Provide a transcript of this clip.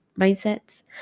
mindsets